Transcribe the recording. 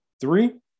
three